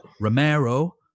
Romero